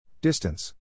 Distance